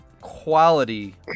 quality